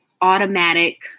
automatic